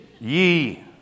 Ye